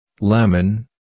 Lemon